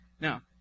Now